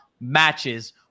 matches